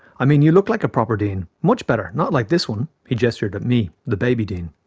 i mean you look like a proper dean. much better, not like this one' he gestured at me, the baby dean.